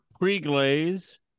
pre-glaze